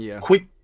Quick